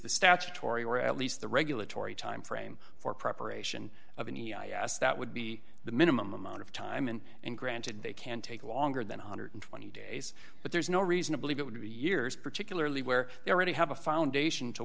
the statutory or at least the regulatory timeframe for preparation of an e i yes that would be the minimum amount of time and and granted they can take longer than one hundred and twenty days but there's no reason to believe it would be years particularly where they already have a foundation to